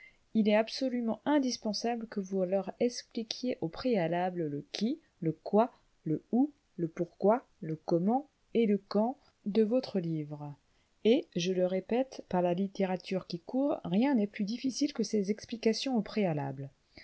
il est absolument indispensable que vous leur expliquiez au préalable le qui le quoi le où le pourquoi le comment et le quand de votre livre et je le répète par la littérature qui court rien n'est plus difficile que ces explications au préalable